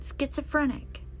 schizophrenic